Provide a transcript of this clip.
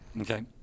Okay